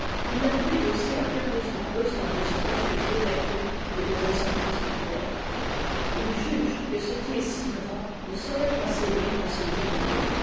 il n a plus aussi impérieusement besoin de son refuge de vertu et de raison particulières il juge que ce qui est si grand ne saurait enseigner à se diminuer